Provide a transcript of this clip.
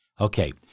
Okay